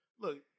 look